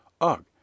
Ugh